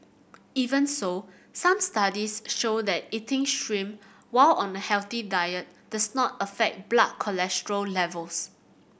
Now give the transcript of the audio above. even so some studies show that eating shrimp while on a healthy diet does not affect blood cholesterol levels